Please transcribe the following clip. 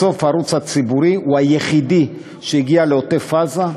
בסוף, הערוץ הציבורי הוא היחיד שהגיע לעוטף-עזה,